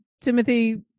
Timothy